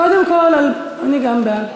קודם כול, אני גם בעד.